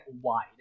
wide